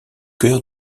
cœur